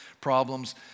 problems